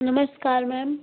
नमस्कार मैम